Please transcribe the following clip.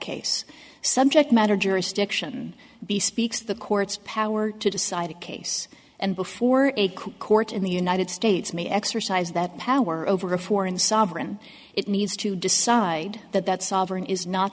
case subject matter jurisdiction be speaks the court's power to decide the case and before it could court in the united states may exercise that power over a foreign sovereign it needs to decide that that sovereign is not